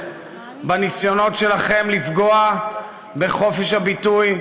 בניסיונות שלכם לפגוע בחופש הביטוי,